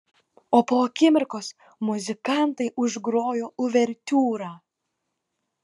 o po akimirkos muzikantai užgrojo uvertiūrą